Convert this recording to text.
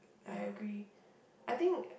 I agree I think